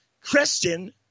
Christian